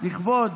לכבוד